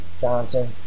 Johnson